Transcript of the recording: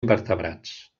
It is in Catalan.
invertebrats